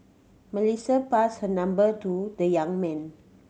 Melissa passed her number to the young man